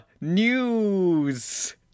news